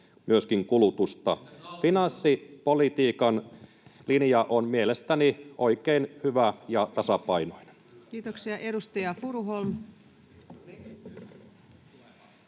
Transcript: alvikorotus?] Finanssipolitiikan linja on mielestäni oikein hyvä ja tasapainoinen. Kiitoksia. — Edustaja Furuholm.